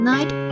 Night